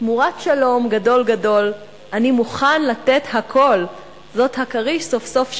'תמורת שלום גדול גדול / אני מוכן לתת הכול'.// זאת הכריש סוף-סוף שמע,